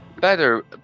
better